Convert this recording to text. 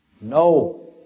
No